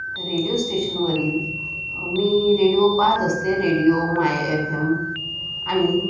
radio स्टेशनवरील मी radio पाहत असते रेडिओ माय एफ एम आणि